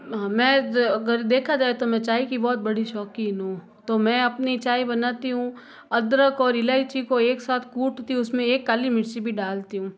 हाँ मैं ज अगर देखा जाए तो मैं चाय की बहुत बड़ी शौकीन हूँ तो मैं अपनी चाय बनाती हूँ अदरक और इलाइची को एक साथ कूटती हूँ उसमें एक काली मिर्ची भी डालती हूँ